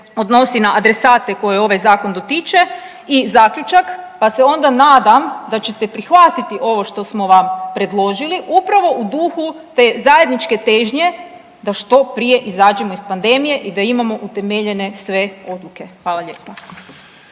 odnosi na adresate koje ovaj zakon dotiče i zaključak, pa se onda nadam da ćete prihvatiti ovo što smo vam predložili upravo u duhu te zajedničke težnje da što prije izađemo iz pandemije i da imamo utemeljene sve odluke. Hvala lijepa.